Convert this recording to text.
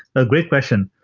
a great question.